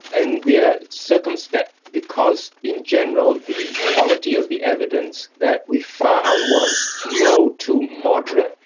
and we are circumspect because in general the quality of the evidence that we found was low to moderate.